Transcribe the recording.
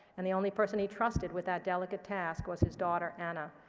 and the only person he trusted with that delicate task was his daughter, anna.